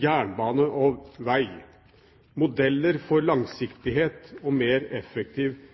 jernbane og veg. Modeller for langsiktighet og mer effektiv